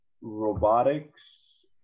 robotics